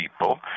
people